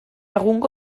egungo